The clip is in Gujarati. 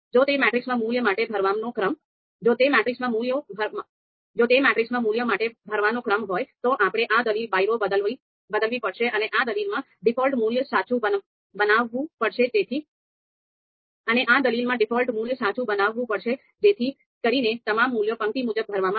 જો તે મેટ્રિક્સમાં મૂલ્યો માટે ભરવાનો ક્રમ હોય તો આપણે આ દલીલ બાયરો બદલવી પડશે અને આ દલીલમાં ડિફોલ્ટ મૂલ્ય સાચું બનાવવું પડશે જેથી કરીને તમામ મૂલ્યો પંક્તિ મુજબ ભરવામાં આવે